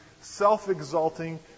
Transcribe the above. self-exalting